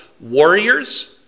warriors